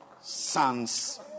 Sons